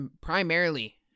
primarily